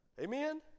Amen